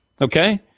Okay